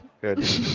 Good